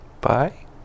bye